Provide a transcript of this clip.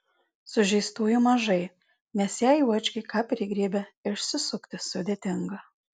sužeistųjų mažai nes jei juočkiai ką prigriebia išsisukti sudėtinga